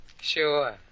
Sure